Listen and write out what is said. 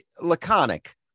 laconic